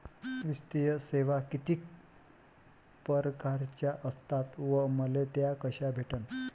वित्तीय सेवा कितीक परकारच्या असतात व मले त्या कशा भेटन?